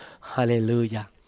Hallelujah